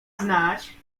znać